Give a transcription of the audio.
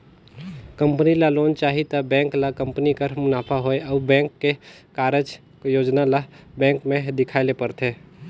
company ल loan चाही त बेंक ल कंपनी कर मुनाफा होए अउ बेंक के कारज योजना ल बेंक में देखाए ले परथे